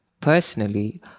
Personally